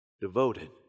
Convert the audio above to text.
Devoted